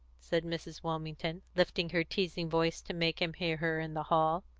said mrs. wilmington, lifting her teasing voice to make him hear her in the hall,